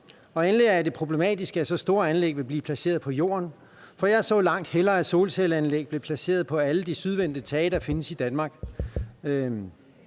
Og endelig er det problematisk, at så store anlæg vil blive placeret på jorden, for jeg så langt hellere, at solcelleanlæg blev placeret på alle de sydvendte tage, der findes i Danmark.